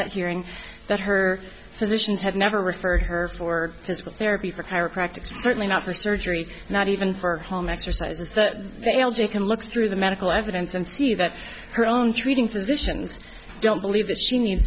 that hearing that her physicians had never referred her for physical therapy for chiropractic certainly not for surgery not even for home exercises the a l j can look through the medical evidence and see that her own treating physicians don't believe that she needs